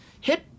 hit